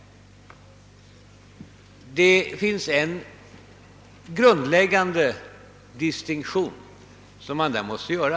Det finns en grundläggande distinktion som man då måste göra.